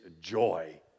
joy